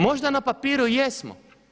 Možda na papiru i jesmo.